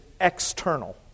external